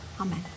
Amen